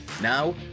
Now